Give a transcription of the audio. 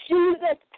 Jesus